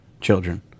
children